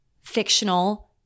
fictional